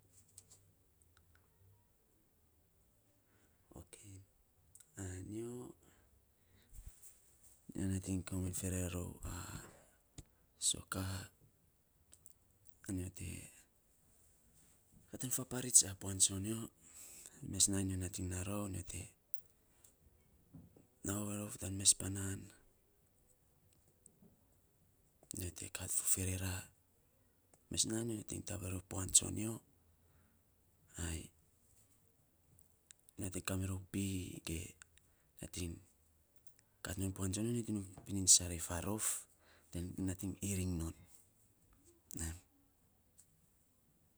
Okei nyo nyo nating komainy ferera rou soka, a nyo te a nyo te fapareits a puan tsoinyo. Mes nainy nyo nating naa rou nyo te naa ovei rou tan mes panan nyo te kat fo ferera. Mes nainy nyo nating puan tsonyo ai nyo nating kamiro pii ge nating kat non puan tsonyo. Nyo pinin sarei faarof, nating iring non.